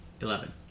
Eleven